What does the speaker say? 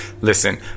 listen